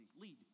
Lead